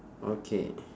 okay